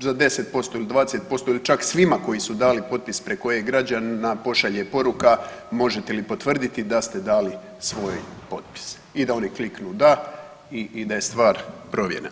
za 10% ili 20% ili čak svima koji su dali potpis preko E-građanina pošalje poruka možete potvrditi da ste dali svoj potpis i da oni kliknu „da“ i da je stvar provjerena.